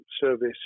service